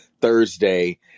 Thursday